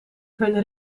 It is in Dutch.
hun